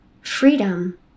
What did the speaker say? Freedom